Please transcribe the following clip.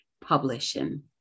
Publishing